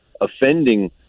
offending